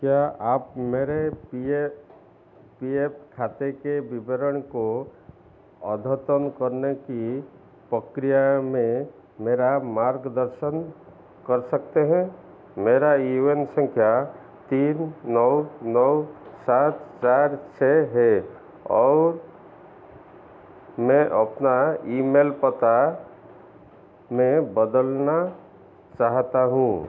क्या आप मेरे पी ए पी एफ़ खाते के विवरण को अद्यतन करने की प्रक्रिया में मेरा मार्गदर्शन कर सकते हैं मेरा यू एन संख्या तीन नौ नौ सात चार छः है और मैं अपना ईमेल पता में बदलना चाहता हूँ